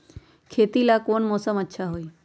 खेती ला कौन मौसम अच्छा होई?